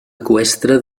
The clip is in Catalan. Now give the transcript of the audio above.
eqüestre